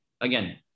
again